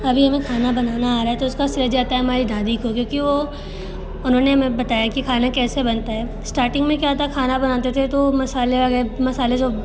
अभी हमें खाना बनाना आ रहा है तो उसका श्रेय जाता है हमारी दादी को क्योंकि वो उन्होंने हमें बताया कि खाना कैसे बनता है स्टार्टिंग में क्या था खाना बनाते थे तो मसाले वगै मसाले जो